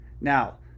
Now